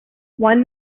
one